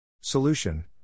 Solution